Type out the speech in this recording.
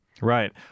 Right